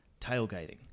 tailgating